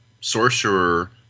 Sorcerer